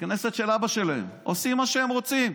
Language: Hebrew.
הכנסת של אבא שלהם, עושים מה שהם רוצים,